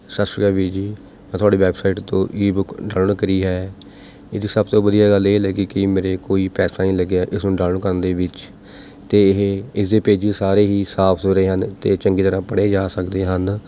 ਸਤਿ ਸ਼੍ਰੀ ਅਕਾਲ ਵੀਰ ਜੀ ਮੈਂ ਤੁਹਾਡੀ ਵੈਬਸਾਈਟ ਤੋਂ ਈ ਬੁੱਕ ਕਰੀ ਹੈ ਇਹਦੀ ਸਭ ਤੋਂ ਵਧੀਆ ਗੱਲ ਇਹ ਲੱਗੀ ਕਿ ਮੇਰੇ ਕੋਈ ਪੈਸਾ ਨਹੀਂ ਲੱਗਿਆ ਇਸ ਨੂੰ ਡਾਊਨਲੋਡ ਕਰਨ ਦੇ ਵਿੱਚ ਅਤੇ ਇਹ ਇਸਦੇ ਪੇਜਿਸ ਸਾਰੇ ਹੀ ਸਾਫ਼ ਸੁਥਰੇ ਹਨ ਅਤੇ ਚੰਗੀ ਤਰ੍ਹਾਂ ਪੜ੍ਹੇ ਜਾ ਸਕਦੇ ਹਨ